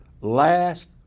last